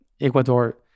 ecuador